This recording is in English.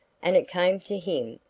and it came to him,